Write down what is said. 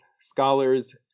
scholars